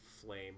flame